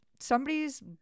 somebody's